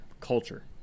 culture